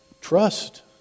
Trust